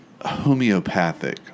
homeopathic